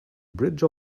bridge